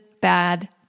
bad